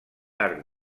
arc